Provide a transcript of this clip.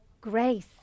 grace